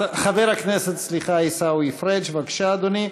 חבר הכנסת עיסאווי פריג', בבקשה, אדוני.